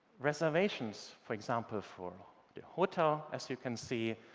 reservations, for example, for the hotel, as you can see,